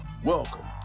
Welcome